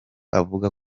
avuga